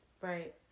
Right